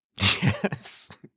Yes